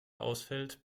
ausfällt